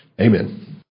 Amen